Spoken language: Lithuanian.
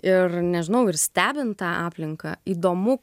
ir nežinau ir stebint tą aplinką įdomu